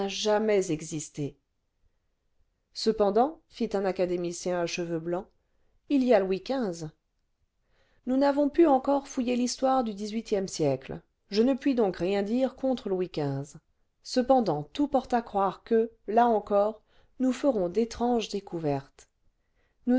jamais existé cependant fit un académicien à cheveux blancs il y a louis xv nous n'avons pu encore fouiller l'histoire du xvme siècle je ne puis donc rien dire contre louis xv cependant tout porte à croire que là encore nous ferons d'étranges découvertes